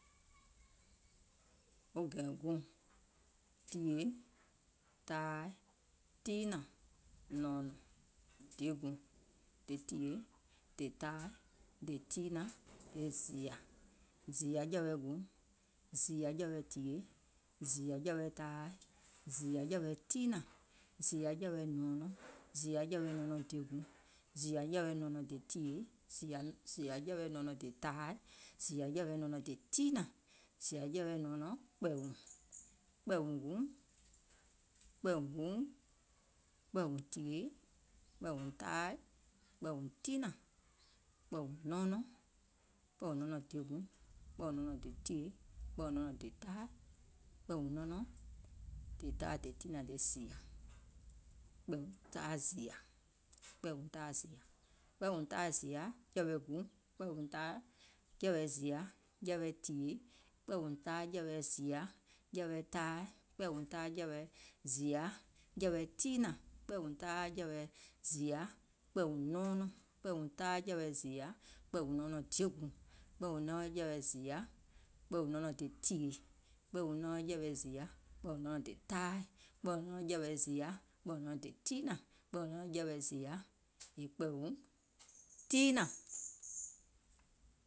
Wɔŋ gɛ̀ɛ̀ɔŋ, guùŋ, tìyèe taai, tiinȧŋ, nɔ̀ɔ̀nɔŋ, nɔɔnɔŋ dièguùŋ, nɔɔnɔŋ le tìyèe, nɔɔnɔŋ le taai, nɔɔnɔŋ le tiinȧŋ, zììyȧ, zììyȧjɛ̀wɛ̀ guùŋ, zììyȧjɛ̀wɛ̀ tìyèe, zììyȧjɛ̀wɛ̀ taai, zììyȧjɛ̀wɛ tiinȧŋ, zììyȧjɛ̀wɛ̀ nɔɔnɔŋ, zììyȧjɛ̀wɛ̀ nɔɔnɔŋ dièguùŋ, zììƴȧjɛ̀wɛ̀ nɔɔnɔŋ le tìyèe, zììyȧjɛ̀wɛ̀ nɔɔnɔŋ le taai, zììyȧjɛ̀wɛ̀ nɔɔnɔŋ le tiinȧŋ, kpɛ̀ɛ̀ùŋ, kpɛ̀ɛ̀ùŋ jɛ̀wɛ̀ guùŋ, kpɛ̀ɛ̀ùŋ jɛ̀wɛ̀ tìyèe, kpɛ̀ɛ̀ùŋ jɛ̀wɛ̀ taai, kpɛ̀ɛ̀ùŋ jɛ̀wɛ̀ tiinȧŋ, kpɛ̀ɛ̀ùŋ jɛ̀wɛ̀ nɔɔnɔŋ, kpɛ̀ɛ̀ùŋ jɛ̀wɛ̀ nɔɔnɔŋ dièguùŋ, kpɛ̀ɛ̀ùŋ jɛ̀wɛ̀ nɔɔnɔŋ le tìyèe, kpɛ̀ɛ̀ùŋ jɛ̀wɛ̀ nɔɔnɔŋ le taai, kpɛ̀ɛ̀ùŋ jɛ̀wɛ̀ nɔɔnɔŋ le tiinȧŋ,